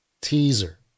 teaser